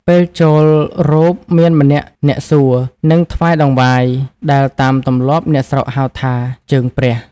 ពេលចូលរូបមានម្នាក់អ្នកសួរ និងថ្វាយតង្វាយ ដែលតាមទម្លាប់អ្នកស្រុកហៅ ថា "ជើងព្រះ” ។